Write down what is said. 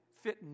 fit